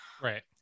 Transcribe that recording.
Right